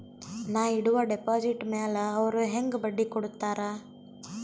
ನಾ ಇಡುವ ಡೆಪಾಜಿಟ್ ಮ್ಯಾಲ ಅವ್ರು ಹೆಂಗ ಬಡ್ಡಿ ಕೊಡುತ್ತಾರ?